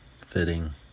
fitting